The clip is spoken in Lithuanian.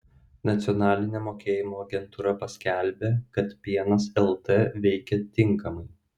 nacionalinė mokėjimo agentūra paskelbė kad pienas lt veikia tinkamai